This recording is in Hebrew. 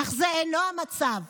אך זה אינו המצב.